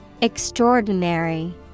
Extraordinary